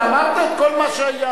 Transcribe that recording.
אבל אמרת את כל מה שהיה.